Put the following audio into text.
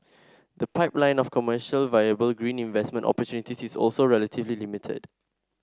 the pipeline of commercially viable green investment opportunities is also relatively limited